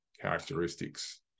characteristics